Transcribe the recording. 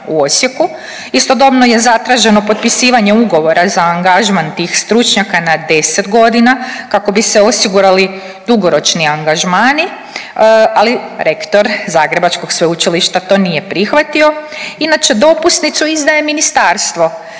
u Osijeku. Istodobno je zatraženo potpisivanje ugovora za angažman tih stručnjaka na 10 godina kako bi se osigurali dugoročni angažmani, ali rektor zagrebačkog sveučilišta to nije prihvatio. Inače, dopusnicu izdaje ministarstvo,